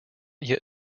yet